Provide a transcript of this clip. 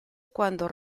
quando